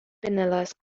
pinellas